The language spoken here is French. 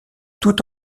tout